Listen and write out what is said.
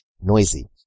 Noisy